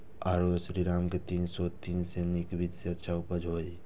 आरो श्रीराम के तीन सौ तीन भी नीक बीज ये अच्छा उपज होय इय?